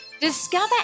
discover